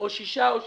או שישה או שבעה.